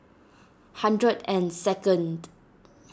hundred and second